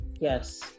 Yes